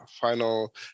final